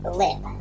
lip